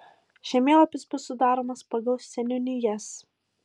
žemėlapis bus sudaromas pagal seniūnijas